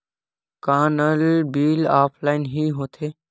का नल bill offline हि होथे?